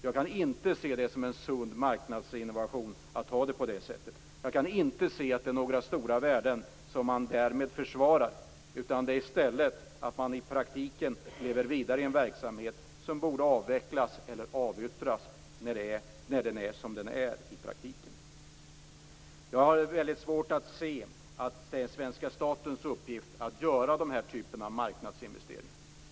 Jag kan inte se det som en sund marknadsinnovation att ha det på det sättet. Jag kan inte se att det är några stora värden som man därmed försvarar, utan det innebär i stället att man i praktiken lever vidare i en verksamhet som borde avvecklas eller avyttras när den i praktiken är som den är. Jag har väldigt svårt att se att det är svenska statens uppgift att göra den här typen av marknadsinvesteringar.